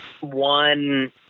one